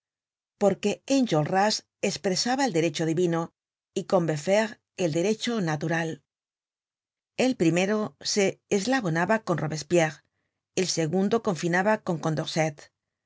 porque enjolras espresaba el derecho divino y combeferre el derecho natural el primero se eslabonaba con bobespierre el segundo confinaba con condorcet